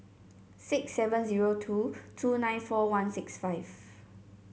six seven zero two two nine four one six five